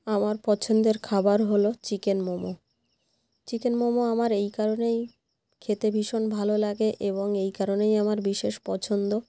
আমার পছন্দের খাবার হলো চিকেন মোমো চিকেন মোমো আমার এই কারণেই খেতে ভীষণ ভালো লাগে এবং এই কারণেই আমার বিশেষ পছন্দ